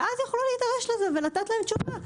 ואז הם יוכלו להידרש לזה ולתת תשובה.